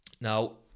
Now